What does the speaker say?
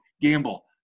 Gamble